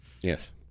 Yes